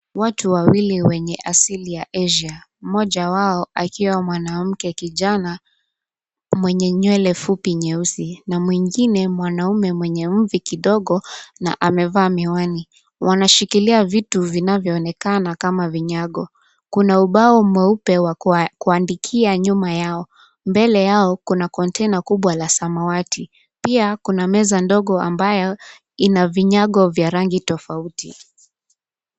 Watu wawili wenye asili ya Asia mmoja wao akiwa mwanamke kijana mwenye nywele fupi nyeusi na mwingine mwanaume mwenye mvi kidogo na amevaa miwani. Wanashikilia vitu vinayvoonekana kama vinyago. Kuna ubao mweupe wa kuandikia nyuma yao. Mbele yao kuna container kubwa la samawati. Pia kuna meza ndogo ambayo ina vinyago vya rangi tofauti.